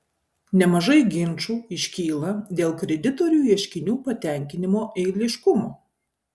nemažai ginčų iškyla dėl kreditorių ieškinių patenkinimo eiliškumo